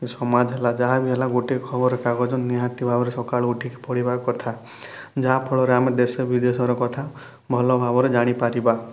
ସମାଜ ହେଲା ଯାହାବି ହେଲା ଗୋଟେ ଖବର କାଗଜ ନିହାତି ଭାବରେ ସକାଳୁ ଉଠିକି ପଢ଼ିବା କଥା ଯାହାଫଳରେ ଆମେ ଦେଶ ବିଦେଶର କଥା ଭଲ ଭାବରେ ଜାଣିପାରିବା